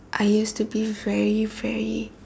I used to be very very